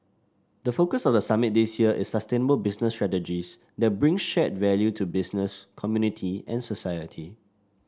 the focus of the summit this year is sustainable business strategies that bring shared value to business community and society